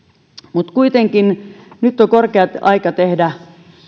mutta kuitenkin nyt on korkea aika tehdä